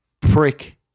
prick